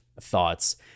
thoughts